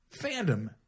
fandom